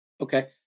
Okay